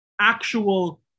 actual